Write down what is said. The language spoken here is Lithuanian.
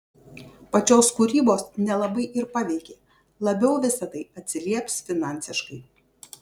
pačios kūrybos nelabai ir paveikė labiau visa tai atsilieps finansiškai